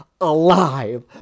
alive